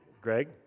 Greg